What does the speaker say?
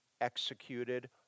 executed